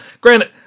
Granted